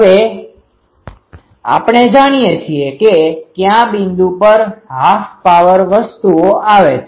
હવે આપણે જાણીએ છીએ કે ક્યાં બિંદુ પર હાફ પાવર વસ્તુઓ આવે છે